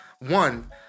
one